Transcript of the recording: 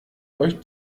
euch